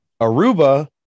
Aruba